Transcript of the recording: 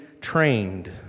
trained